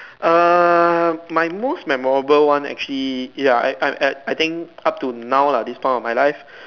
err my most memorable one actually ya I I I I think up to now lah this point in my life